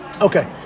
Okay